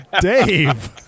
Dave